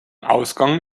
ausgang